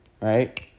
right